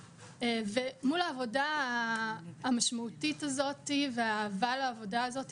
ומול העבודה המשמעותית הזאת והאהבה לעבודה הזאת,